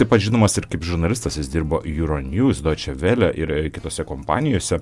taip pat žinomas ir kaip žurnalistas jis dirbo juro niūz doiče vele ir kitose kompanijose